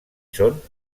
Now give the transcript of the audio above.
són